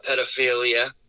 pedophilia